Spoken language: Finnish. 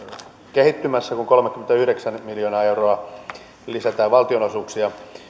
kehittymässä kun kolmekymmentäyhdeksän miljoonaa euroa lisätään valtionosuuksia